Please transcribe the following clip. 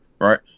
right